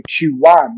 Q1